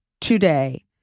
Today